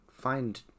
find